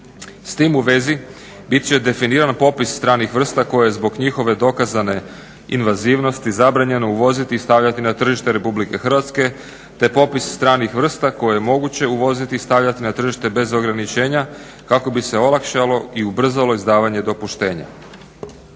S tim u vezi bit će definiran popis stranih vrsta koje zbog njihove dokazane invazivanosti zabranjeno uvoziti i stavljati na tržište RH te popis stranih vrsta koje je moguće uvoziti i stavljati na tržište bez ograničenja kako bi se olakšalo i ubrzalo izdavanje dopuštenja.